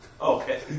Okay